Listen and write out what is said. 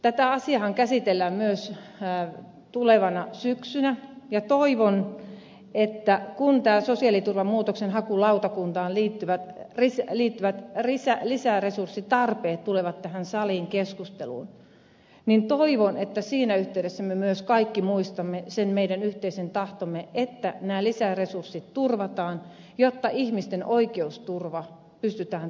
tätä asiaahan käsitellään myös tulevana syksynä ja toivon että kun tähän sosiaaliturvan muutoksenhakulautakuntaan liittyvät lisäresurssitarpeet tulevat tähän saliin keskusteluun niin siinä yhteydessä me kaikki myös muistamme sen meidän yhteisen tahtomme että nämä lisäresurssit turvataan jotta ihmisten oikeusturva pystytään turvaamaan